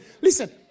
listen